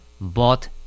Bought